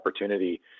opportunity